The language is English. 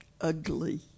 ugly